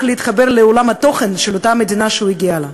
להתחבר לעולם התוכן של אותה מדינה שהוא הגיעה אליה,